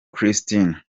kristina